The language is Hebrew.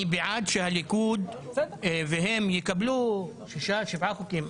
אני בעד שהליכוד והם יקבלו שישה-שבעה חוקים.